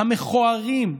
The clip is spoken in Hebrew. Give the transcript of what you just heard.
המכוערים,